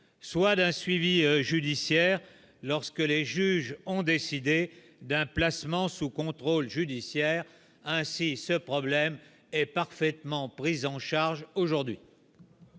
soit d'un suivi judiciaire lorsque les juges ont décidé d'un placement sous contrôle judiciaire, ainsi ce problème est parfaitement prise en charge aujourd'hui.